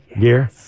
gear